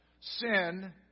sin